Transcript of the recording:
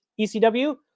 ECW